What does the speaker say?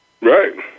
Right